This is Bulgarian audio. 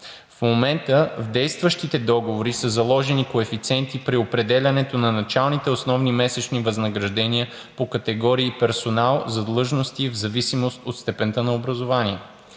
В момента в действащите договори са заложени коефициенти при определянето на началните основни месечни възнаграждения по категории персонал за длъжности в зависимост от степента на образованието.